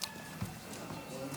תודה